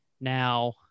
now